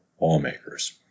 lawmakers